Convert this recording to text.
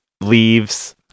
leaves